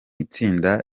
itsinda